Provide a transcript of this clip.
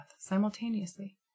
simultaneously